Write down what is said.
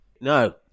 No